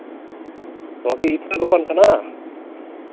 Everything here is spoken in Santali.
ᱱᱚᱣᱟᱠᱤ ᱤᱛᱟᱹ ᱫᱚᱠᱟᱱ ᱠᱟᱱᱟ